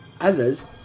Others